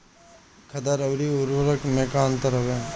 खादर अवरी उर्वरक मैं का अंतर हवे?